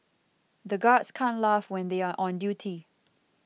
the guards can't laugh when they are on duty